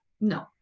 no